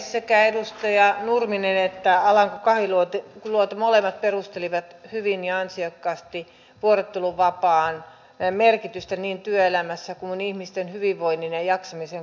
sekä edustaja nurminen että edustaja alanko kahiluoto molemmat perustelivat hyvin ja ansiokkaasti vuorotteluvapaan merkitystä niin työelämässä kuin ihmisten hyvinvoinnin ja jaksamisen kannalta